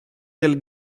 del